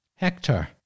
Hector